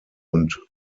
und